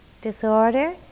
disorder